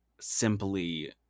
simply